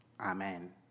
amen